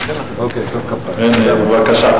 כן, בבקשה.